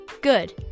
Good